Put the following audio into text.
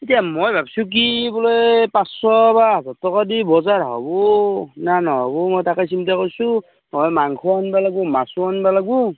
এতিয়া মই ভাবিছোঁ কি বোলে পাঁছশ বা হাজাৰ টকা দি বজাৰ হ'ব না নহ'ব মই তাকে চিন্তা কৰিছোঁ নহয় মাংসও আনিব লাগিব মাছো আনিব লাগিব